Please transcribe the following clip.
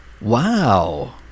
Wow